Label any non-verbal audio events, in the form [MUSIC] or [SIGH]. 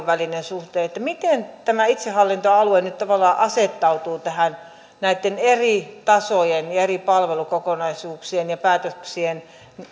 [UNINTELLIGIBLE] välinen suhde miten tämä itsehallintoalue nyt tavallaan asettautuu näitten eri tasojen ja eri palvelukokonaisuuksien ja päätöksien